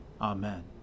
Amen